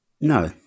No